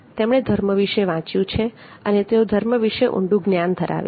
તેમણે ધર્મ વિશે વાંચ્યું છે અને તેઓ ધર્મ વિશે ઊંડું જ્ઞાન ધરાવે છે